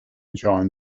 joined